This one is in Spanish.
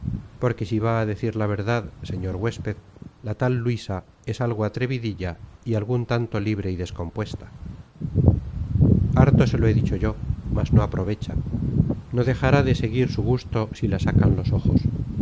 porque si va á decir la verdad señor huésped la tal luisa es algo atrevidilla y algun tanto libre y descompuesta harto se lo he dicho yo mas no aprovecha no dejará de seguir su gusto si la sacan los ojos